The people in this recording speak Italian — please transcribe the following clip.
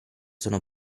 sono